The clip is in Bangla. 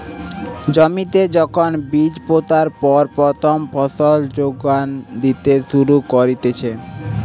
জমিতে যখন বীজ পোতার পর প্রথম ফসল যোগান দিতে শুরু করতিছে